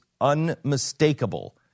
unmistakable